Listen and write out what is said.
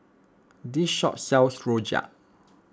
this shop sells Rojak